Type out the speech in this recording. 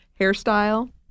hairstyle